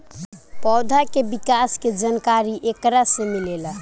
पौधा के विकास के जानकारी एकरा से मिलेला